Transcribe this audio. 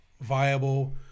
viable